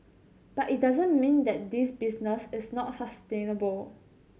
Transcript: but it doesn't mean that this business is not sustainable